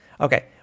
okay